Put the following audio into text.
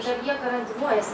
ar jie karantinuojasi